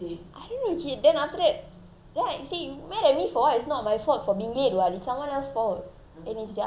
right you say you mad at me for what it's not my fault for being late what it's someone else fault and it's their fault then he say you are the one who ask me to wait for what